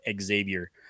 Xavier